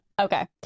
Okay